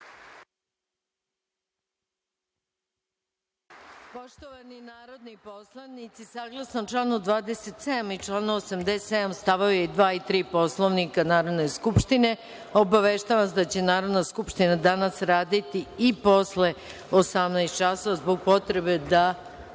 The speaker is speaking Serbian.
Poštovani narodni poslanici, saglasno članu 27. i članu 87. st. 2. i 3. Poslovnika Narodne skupštine, obaveštavam vas da će Narodna skupština danas raditi i posle 18 časova, zbog potrebe da